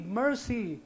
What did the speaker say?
mercy